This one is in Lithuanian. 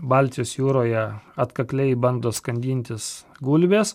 baltijos jūroje atkakliai bando skandintis gulbės